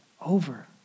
over